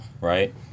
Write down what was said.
right